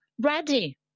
ready